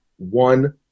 one